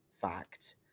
fact